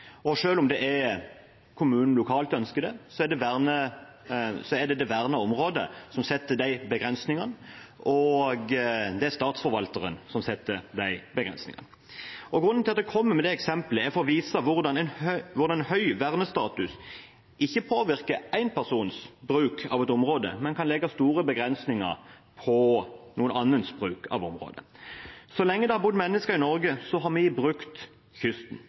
inngripen. Selv om kommunen lokalt ønsker det, er det det vernede området som setter de begrensningene, og det er Statsforvalteren som setter de begrensningene. Jeg kom med det eksemplet for å vise hvordan høy vernestatus ikke påvirker en persons bruk av et område, men kan legge store begrensninger på noen annens bruk av området. Så lenge det har bodd mennesker i Norge, har vi brukt kysten,